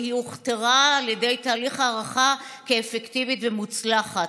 והיא הוכתרה על ידי תהליך הערכה כאפקטיבית ומוצלחת.